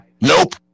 Nope